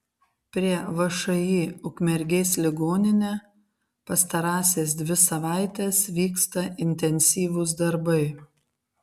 prie všį ukmergės ligoninė pastarąsias dvi savaites vyksta intensyvūs darbai